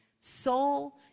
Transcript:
soul